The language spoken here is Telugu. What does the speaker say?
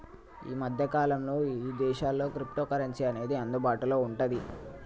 యీ మద్దె కాలంలో ఇదేశాల్లో క్రిప్టోకరెన్సీ అనేది అందుబాటులో వుంటాంది